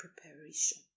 preparation